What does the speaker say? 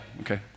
okay